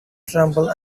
tremble